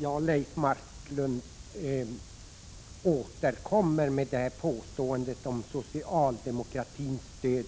Herr talman! Leif Marklund återkom med påståendet om socialdemokratins stöd